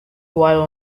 while